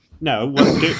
No